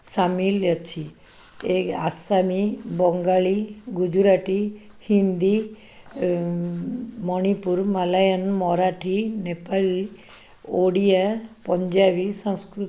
ସାମିଲ ଅଛି ଏ ଆସାମୀ ବଙ୍ଗାଳୀ ଗୁଜୁରାଟୀ ହିନ୍ଦୀ ମଣିପୁର ମାଲାୟନ ମରାଠୀ ନେପାଳୀ ଓଡ଼ିଆ ପଞ୍ଜାବୀ ସଂସ୍କୃତ